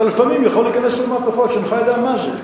אתה לפעמים יכול להיכנס למעטפה שבכלל אינך יודע מה זה.